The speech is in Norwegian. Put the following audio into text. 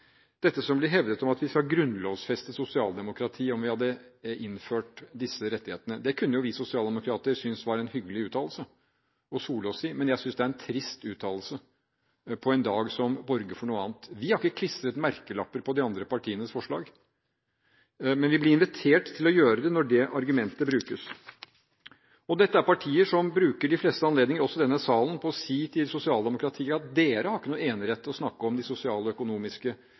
Dette som blir hevdet om at vi skulle grunnlovfeste sosialdemokratiet om vi hadde innført disse rettighetene, kunne jo vi sosialdemokrater synes var en hyggelig uttalelse å sole oss i. Men jeg synes det er en trist uttalelse på en dag som borger for noe annet. Vi har ikke klistret merkelapper på de andre partienes forslag, men vi blir invitert til å gjøre det når det argumentet brukes. Dette er partier som bruker de fleste anledninger – også i denne sal – til å si til sosialdemokrater at dere har ikke noen enerett til å snakke om de sosiale og økonomiske